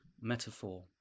metaphor